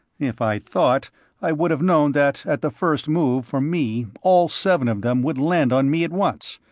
if i'd thought i would have known that at the first move from me all seven of them would land on me at once.